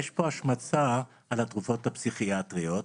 יש פה השמצה על התרופות הפסיכיאטריות,